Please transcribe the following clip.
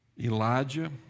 Elijah